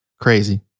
Crazy